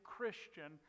Christian